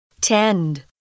Tend